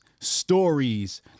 stories